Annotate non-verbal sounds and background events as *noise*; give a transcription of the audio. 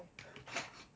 *laughs*